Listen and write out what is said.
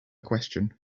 question